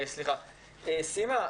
סימה,